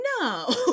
no